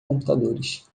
computadores